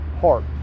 heart